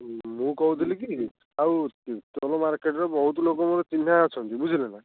ମୁଁ କହୁଥିଲି କି ଆଉ ତିର୍ତ୍ତୋଲ ମାର୍କେଟରେ ବହୁତ ଲୋକ ମୋର ଚିହ୍ନା ଅଛନ୍ତି ବୁଝିଲେ ନା